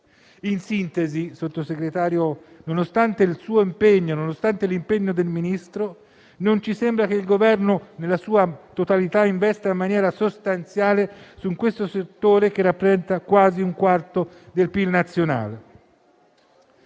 In sintesi, Sottosegretario, nonostante il suo impegno e nonostante l'impegno del Ministro, non ci sembra che il Governo nella sua totalità investa in maniera sostanziale su questo settore, che rappresenta quasi un quarto del PIL nazionale.